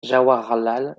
jawaharlal